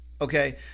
okay